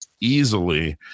easily